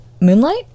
Moonlight